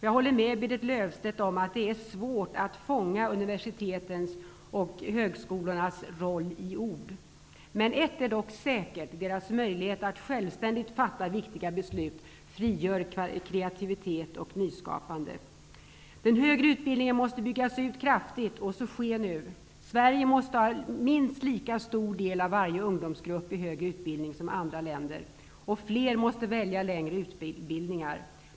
Jag håller med Berit Löfstedt om att det är svårt att fånga universitetens och högskolornas roll i ord. Men ett är dock säkert, nämligen att deras möjligheter att självständigt fatta viktiga beslut frigör kreativitet och nyskapande. Den högre utbildningen måste byggas ut kraftigt. Och så sker nu. Sverige måste ha minst lika stor del av varje ungdomsgrupp i högre utbildning som andra länder. Fler måste välja längre utbildningar.